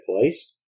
place